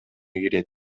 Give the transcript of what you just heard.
кирет